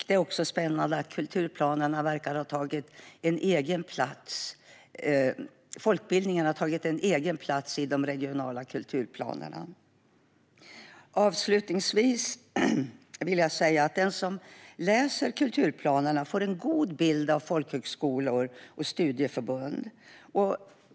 Det är också spännande att folkbildningen verkar ha tagit en egen plats i de regionala kulturplanerna. Avslutningsvis vill jag säga att den som läser kulturplanerna får en god bild av folkhögskolor och studieförbund.